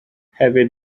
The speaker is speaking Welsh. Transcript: hefyd